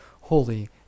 holy